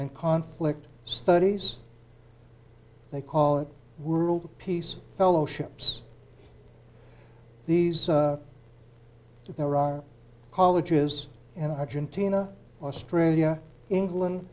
and conflict studies they call it world peace fellowships these are there are colleges and argentina australia england